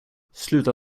sluta